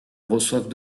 reçoivent